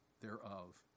thereof